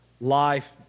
life